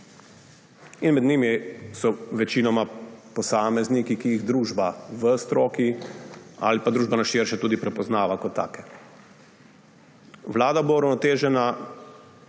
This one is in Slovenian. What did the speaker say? In med njimi so večinoma posamezniki, ki jih družba v stroki ali pa družba na širše tudi prepoznava kot take. Vlada bo uravnotežena